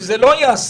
אם זה לא ייעשה,